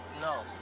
No